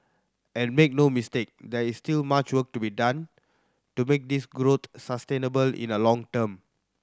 and make no mistake there is still much work to be done to make this growth sustainable in the long term